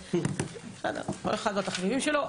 כל אחד והתחביבים שלו,